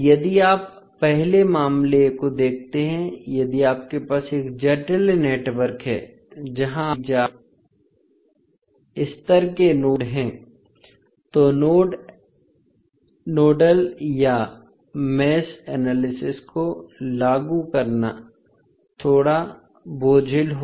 यदि आप पहले मामले को देखते हैं यदि आपके पास एक जटिल नेटवर्क है जहां आपके पास कई जाल और स्तर के नोड हैं तो नोड नोडल या मेष एनालिसिस को लागू करना थोड़ा बोझिल होगा